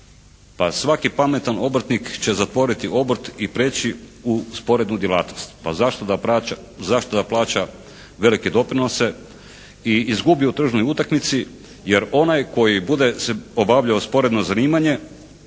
svaki pametan obrtnik će zatvoriti obrt i prijeći u sporednu djelatnost. Pa zašto da plaća velike doprinose i izgubi u tržnoj utakmici jer onaj koji bude se obavljalo sporedno zanimanje